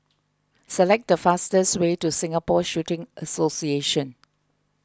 select the fastest way to Singapore Shooting Association